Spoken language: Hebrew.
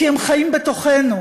כי הם חיים בתוכנו.